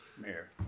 Mayor